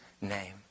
name